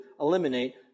eliminate